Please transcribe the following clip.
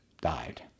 died